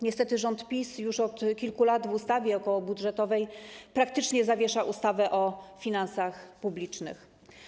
Niestety rząd PiS już od kilku lat w ustawie okołobudżetowej praktycznie zawiesza ustawę o finansach publicznych.